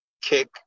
kick